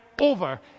over